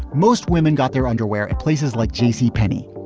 most women got their underwear at places like j c. penney,